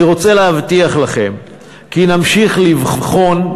אני רוצה להבטיח לכם כי נמשיך לבחון,